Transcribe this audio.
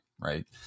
right